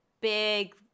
big